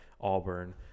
Auburn